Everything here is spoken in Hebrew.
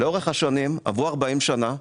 עברו מאז 40 שנה,